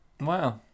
Wow